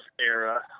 era